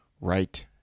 right